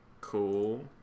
cool